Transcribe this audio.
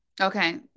Okay